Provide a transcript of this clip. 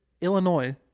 Illinois